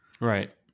Right